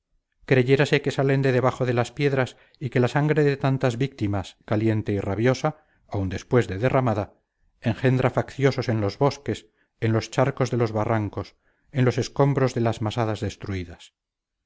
otro creyérase que salen de debajo de las piedras y que la sangre de tantas víctimas caliente y rabiosa aun después de derramada engendra facciosos en los bosques en los charcos de los barrancos en los escombros de las masadas destruidas